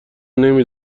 نمی